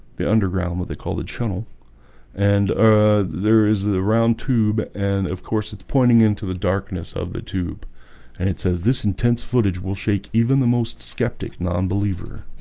the underground what they call the tunnel and there is the the round tube and of course it's pointing into the darkness of the tube and it says this intense footage will shake even the most skeptical um eevr